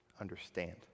understand